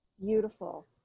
beautiful